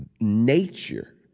nature